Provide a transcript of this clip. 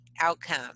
outcome